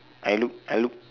I look i look